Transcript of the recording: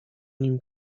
nim